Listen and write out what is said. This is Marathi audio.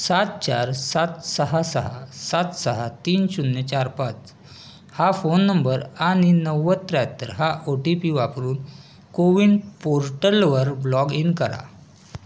सात चार सात सहा सहा सात सहा तीन शून्य चार पाच हा फोन नंबर आणि नव्वद त्र्याहत्तर हा ओ टी पी वापरून कोविन पोर्टलवर ब्लॉग इन करा